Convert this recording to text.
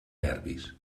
nervis